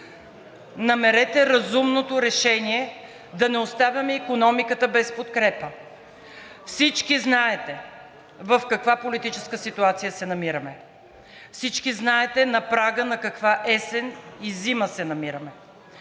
намерете разумното решение да не оставяме икономиката без подкрепа. Всички знаете в каква политическа ситуация се намираме. Всички знаете на прага на каква есен и зима се намираме.